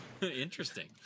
interesting